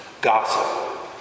Gossip